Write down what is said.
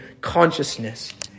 consciousness